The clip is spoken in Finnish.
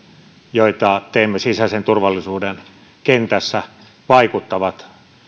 joita teemme sisäisen turvallisuuden kentässä vaikuttavat